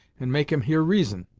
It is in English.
and make him hear reason.